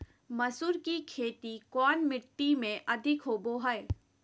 मसूर की खेती कौन मिट्टी में अधीक होबो हाय?